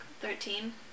Thirteen